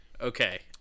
Okay